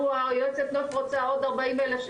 היועץ רוצה עוד 40 אלף שקל,